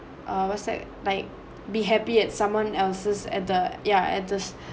err what's that like be happy at someone else's at the ya at this